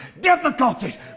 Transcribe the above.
difficulties